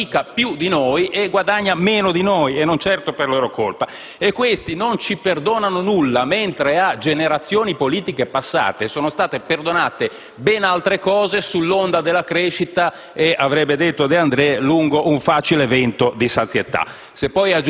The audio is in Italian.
che faticano più di noi e guadagnano meno di noi, e non certo per loro colpa. Questi non ci perdonano nulla, mentre a generazioni politiche passate sono state perdonate ben altre cose, sull'onda della crescita e, avrebbe detto De Andrè, «lungo un facile vento di sazietà».